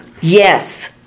Yes